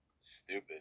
stupid